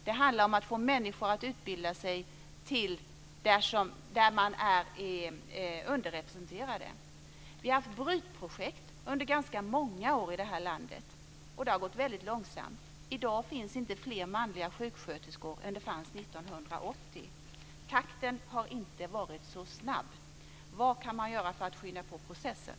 Det handlar om att få kvinnor att utbilda sig till områden där de är underrepresenterade. Vi har haft brytprojekt ganska många år i vårt land, och utvecklingen har varit väldigt långsam. Det finns i dag inte fler manliga sjuksköterskor än 1980. Takten har inte varit så snabb. Vad kan man göra för att skynda på processen?